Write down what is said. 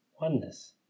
Oneness